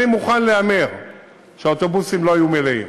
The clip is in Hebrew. אני מוכן להמר שהאוטובוסים לא יהיו מלאים.